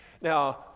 Now